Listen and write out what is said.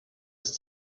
ist